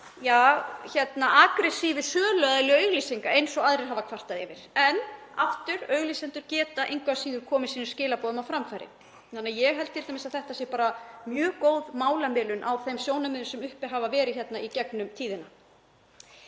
ekki þessi agressífi söluaðili auglýsinga eins og aðrir hafa kvartað yfir. En aftur: Auglýsendur geta engu að síður komið sínum skilaboðum á framfæri. Þannig að ég held að þetta sé bara mjög góð málamiðlun á þeim sjónarmiðum sem uppi hafa verið í gegnum tíðina.